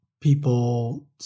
people